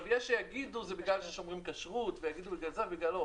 יש שיגידו שזה בגלל ששומרים כשרות או בגלל זה או בגללו.